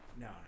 No